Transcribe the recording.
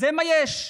זה מה יש?